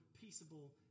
peaceable